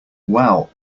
wow